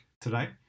today